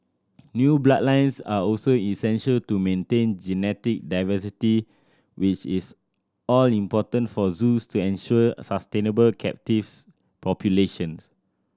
new bloodlines are also essential to maintain genetic diversity which is all important for zoos to ensure sustainable captives populations